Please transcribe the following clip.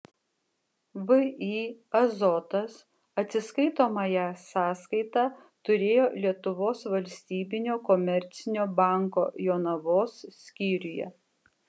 vį azotas atsiskaitomąją sąskaitą turėjo lietuvos valstybinio komercinio banko jonavos skyriuje